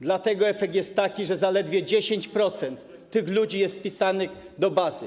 Dlatego efekt jest taki, że zaledwie 10% tych ludzi jest wpisanych do bazy.